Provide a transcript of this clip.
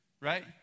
right